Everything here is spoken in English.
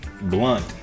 blunt